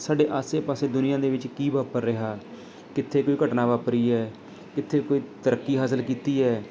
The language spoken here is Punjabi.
ਸਾਡੇ ਆਸੇ ਪਾਸੇ ਦੁਨੀਆ ਦੇ ਵਿੱਚ ਕੀ ਵਾਪਰ ਰਿਹਾ ਕਿੱਥੇ ਕੋਈ ਘਟਨਾ ਵਾਪਰੀ ਹੈ ਕਿੱਥੇ ਕੋਈ ਤਰੱਕੀ ਹਾਸਿਲ ਕੀਤੀ ਹੈ